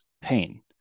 pain